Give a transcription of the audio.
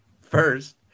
first